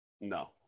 No